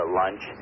lunch